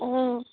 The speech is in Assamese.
অ'